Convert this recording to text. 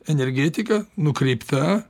energetika nukreipta